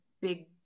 big